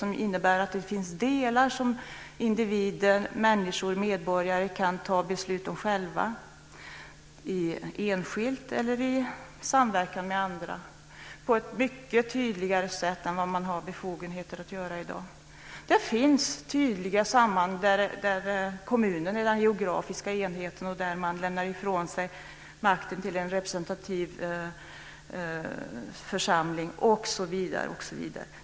Det innebär att det finns frågor som individer, människor, medborgare - enskilt eller i samverkan med andra - får mycket större befogenheter att fatta beslut om än vad man har i dag. Det finns tydliga samband där kommunen är den geografiska enheten som lämnar ifrån sig makten till en representativ församling osv.